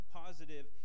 positive